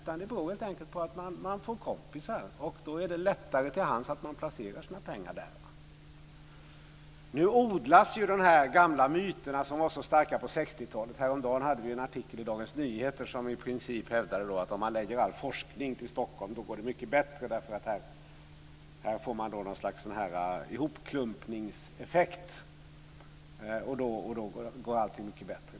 Den beror helt enkelt på att man får kompisar, och då är det lättare till hands att man placerar sina pengar hos dem. Nu odlas de här gamla myterna som var så starka på 60-talet. Häromdagen fanns en artikel i Dagens Nyheter där man i princip hävdade att om man förlägger all forskning till Stockholm så går det mycket bättre. Då får man nämligen ett slags ihopklumpningseffekt, och därför går allting mycket bättre.